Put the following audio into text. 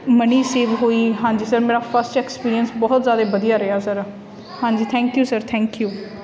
money save ਹੋਈ ਹਾਂਜੀ sir ਮੇਰਾ ਫਸਟ ਐਕਸਪੀਰੀਅੰਸ ਬਹੁਤ ਜ਼ਿਆਦਾ ਵਧੀਆ ਰਿਹਾ ਸਰ ਹਾਂਜੀ thank you sir thank you